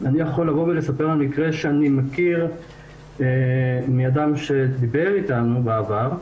אני יכול לספר על מקרה שאני מכיר מאדם שדיבר איתנו בעבר,